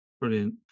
brilliant